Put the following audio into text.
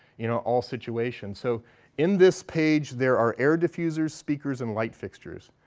you know, all situations. so in this page, there are air diffusers, speakers, and light fixtures.